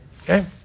Okay